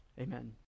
Amen